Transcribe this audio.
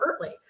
early